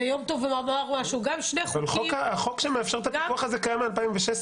ויום טוב אמר משהו --- החוק שמאפשר את הפיקוח הזה קיים מ-2016,